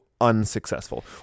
unsuccessful